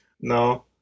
No